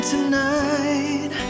Tonight